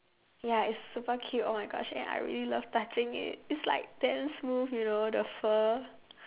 ya it's super cute oh my gosh and I really love touching it it's like damn smooth you know the fur